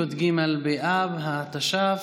י"ג באב התש"ף,